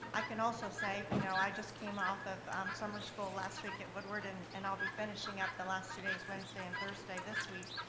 i can also say you know i just came off of um summer school last week at woodward, and and i'll be finishing up the last two days, wednesday and thursday this week.